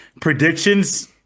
Predictions